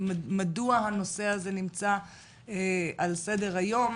מדוע הנושא הזה נמצא על סדר היום,